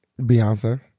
Beyonce